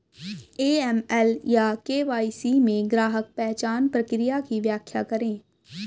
AML या KYC में ग्राहक पहचान प्रक्रिया की व्याख्या करें?